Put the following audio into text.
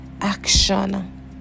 action